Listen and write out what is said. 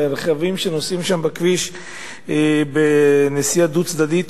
והרכבים שנוסעים שם בכביש בנסיעה דו-צדדית